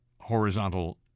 horizontal